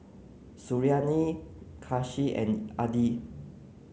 Suriani Kasih and Aidil